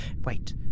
Wait